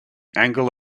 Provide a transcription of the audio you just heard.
angle